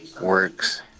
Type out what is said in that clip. works